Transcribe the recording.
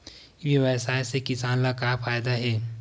ई व्यवसाय से किसान ला का फ़ायदा हे?